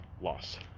loss